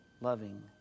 loving